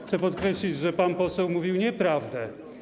Chcę podkreślić, że pan poseł mówił nieprawdę.